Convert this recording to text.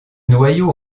noyau